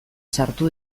sartu